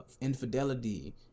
infidelity